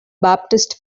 baptist